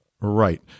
right